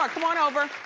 ah come on over.